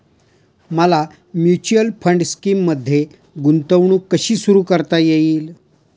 मला mutual fund स्कीममध्ये गुंतवणूक कशी सुरू करता येईल?